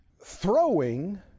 Throwing